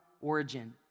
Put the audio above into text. origin